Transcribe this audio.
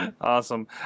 awesome